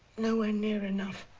nowhere near enough